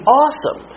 awesome